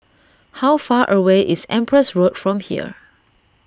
how far away is Empress Road from here